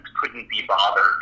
couldn't-be-bothered